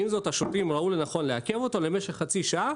עם זאת השוטרים ראו לנכון לעכב אותו למשך חצי שעה